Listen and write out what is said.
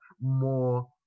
more